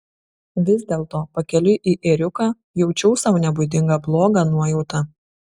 vis dėlto pakeliui į ėriuką jaučiau sau nebūdingą blogą nuojautą